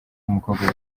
w’umukobwa